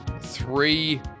three